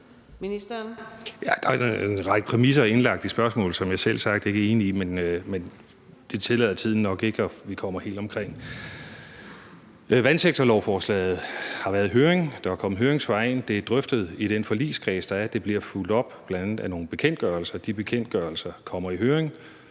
Der er en række præmisser indlagt i spørgsmålet, som jeg selvsagt ikke er enig i, men det tillader tiden nok ikke at vi kommer helt omkring. Vandsektor lovforslaget har været i høring, der er kommet høringssvar ind, og det er blevet drøftet i den forligskreds, der er, og det bliver fulgt op bl.a. af nogle bekendtgørelser. De bekendtgørelser kommer i høring.